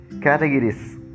categories